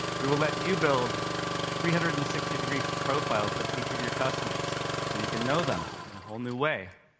we will let you build three hundred and sixty degree profiles of each of your customers so you can know them in a whole new way.